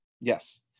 Yes